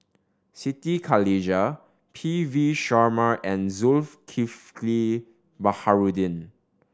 Siti Khalijah P V Sharma and Zulkifli Baharudin